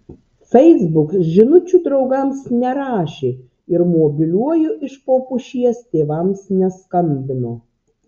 facebook žinučių draugams nerašė ir mobiliuoju iš po pušies tėvams neskambino